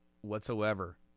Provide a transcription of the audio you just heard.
whatsoever